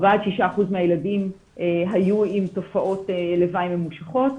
4%-6% מהילדים היו עם תופעות לוואי ממושכות.